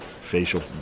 facial